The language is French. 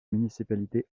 municipalité